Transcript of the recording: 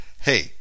Hey